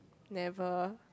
never